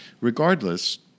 regardless